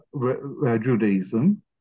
Judaism